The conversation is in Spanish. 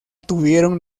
tuvieron